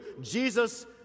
Jesus